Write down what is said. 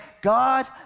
God